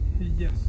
Yes